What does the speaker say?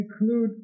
include